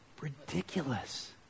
Ridiculous